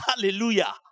Hallelujah